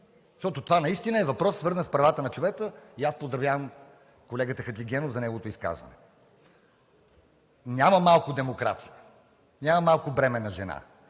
Защото това наистина е въпрос, свързан с правата на човека, и аз поздравявам колегата Хаджигенов за неговото изказване. Няма малко демокрация! Няма малко бременна жена!